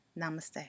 Namaste